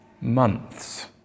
months